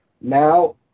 now